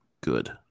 good